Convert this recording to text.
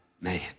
man